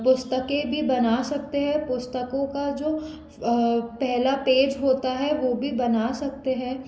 पुस्तकें भी बना सकते है पुस्तकों का जो पहला पेज होता है वो भी बना सकते है